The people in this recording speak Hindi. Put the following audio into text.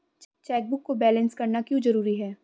चेकबुक को बैलेंस करना क्यों जरूरी है?